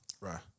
Right